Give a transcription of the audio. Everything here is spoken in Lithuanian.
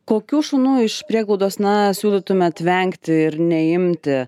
kokių šunų iš prieglaudos na siūlytumėt vengti ir neimti